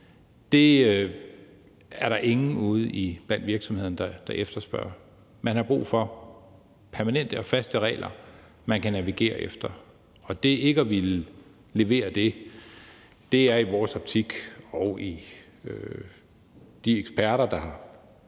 Det er der ingen ude blandt virksomhederne der efterspørger. Man har brug for permanente og faste regler, man kan navigere efter, og det ikke at ville levere det er i vores optik og ifølge de eksperter, der har